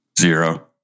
zero